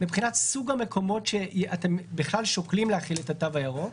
מבחינת סוג המקומות שאתם בכלל שוקלים להחיל את התו הירוק,